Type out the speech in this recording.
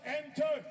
enter